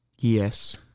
yes